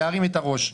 להרים את הראש.